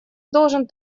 должен